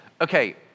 Okay